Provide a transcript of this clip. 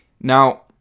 Now